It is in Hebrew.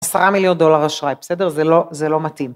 עשרה מיליון דולר אשראי, בסדר, זה לא מתאים